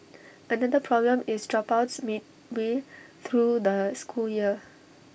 another problem is dropouts midway through the school year